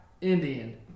Indian